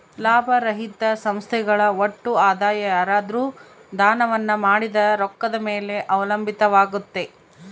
ಲಾಭರಹಿತ ಸಂಸ್ಥೆಗಳ ಒಟ್ಟು ಆದಾಯ ಯಾರಾದ್ರು ದಾನವನ್ನ ಮಾಡಿದ ರೊಕ್ಕದ ಮೇಲೆ ಅವಲಂಬಿತವಾಗುತ್ತೆ